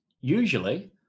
Usually